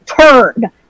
turn